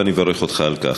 ואני מברך אותך על כך.